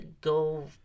go